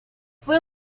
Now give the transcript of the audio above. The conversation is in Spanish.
fue